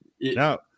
No